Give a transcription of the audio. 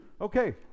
Okay